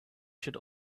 should